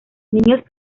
niños